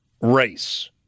race